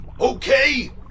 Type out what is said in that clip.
Okay